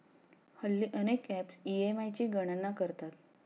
हल्ली अनेक apps EMI ची गणना करतात